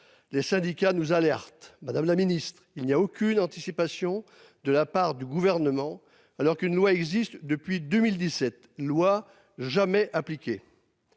Les syndicats nous alerte, madame la Ministre, il n'y a aucune anticipation de la part du gouvernement alors qu'une loi existe depuis 2017, loi jamais appliquée.